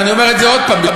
ואני אומר את זה עוד פעם,